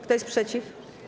Kto jest przeciw?